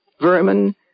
vermin